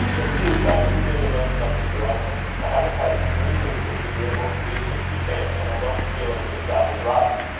then, please, let me begin to learn something directly. i haven't had anything disagreeable to do since you came and i don't feel as if that was right.